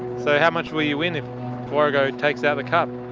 so how much will you win if warrego takes out the cup?